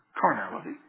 Carnality